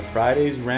Friday's